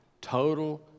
Total